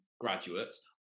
graduates